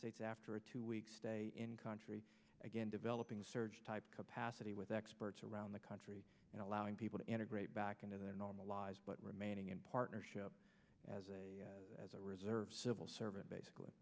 states after a two week stay in country again developing a surge type capacity with experts around the country and allowing people to integrate back into their normal lives but remaining in partnership as a as a reserve civil servant basically